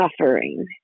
suffering